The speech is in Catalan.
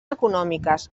econòmiques